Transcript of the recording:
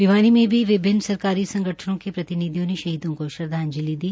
भिवानी में भी विभिन्न सरकारी संगठनों के प्रतिनिधियों ने शहीदों को श्रद्वाजंलि दी